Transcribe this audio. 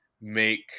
make